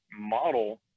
model